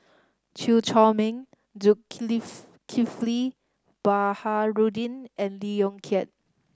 Chew Chor Meng Baharudin and Lee Yong Kiat